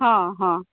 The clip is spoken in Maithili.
हँ हँ